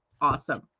Awesome